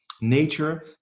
nature